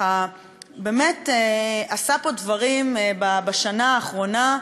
באמת עשה פה דברים בשנה האחרונה.